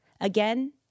Again